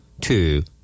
two